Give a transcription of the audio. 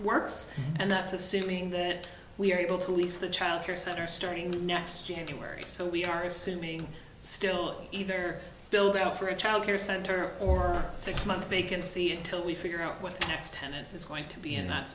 works and that's assuming that we are able to lease the childcare center starting next january so we are assuming still either build out for a child care center or six month vacancy until we figure out what the next tenant is going to be in that